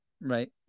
Right